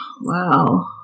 Wow